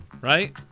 Right